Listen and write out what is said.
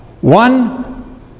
One